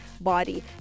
body